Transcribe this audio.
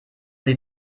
sie